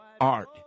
art